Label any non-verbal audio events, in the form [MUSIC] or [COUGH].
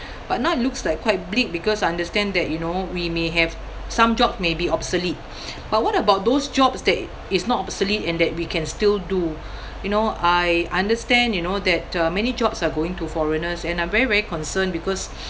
but now it looks like quite bleak because I understand that you know we may have some job may be obsolete but what about those jobs that is not obsolete and that we can still do you know I understand you know that uh many jobs are going to foreigners and I'm very very concerned because [BREATH]